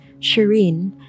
Shireen